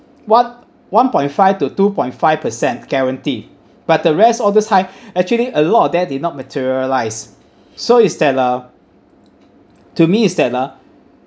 one one point five to two point five percent guarantee but the rest all this high actually a lot of that did not materialise so is that uh to me is that uh